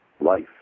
Life